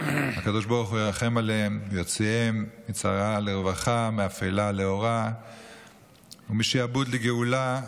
המקום ירחם עליהם ויוציאם מצרה לרווחה ומאפלה לאורה ומשעבוד לגאולה,